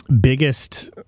biggest